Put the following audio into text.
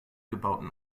gebauten